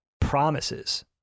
promises